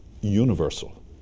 universal